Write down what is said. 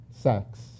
sex